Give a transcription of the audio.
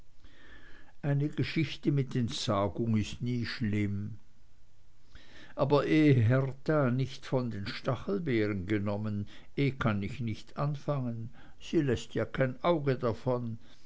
eine geschichte mit entsagung ist nie schlimm aber ehe hertha nicht von den stachelbeeren genommen eher kann ich nicht anfangen sie läßt ja kein auge davon